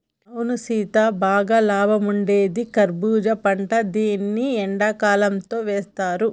అవును సీత బాగా లాభం ఉండేది కర్బూజా పంట దీన్ని ఎండకాలంతో వేస్తారు